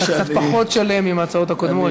קצת פחות שלם מאשר עם ההצעות הקודמות,